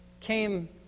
came